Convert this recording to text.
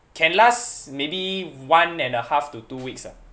can last maybe one and a half to two weeks ah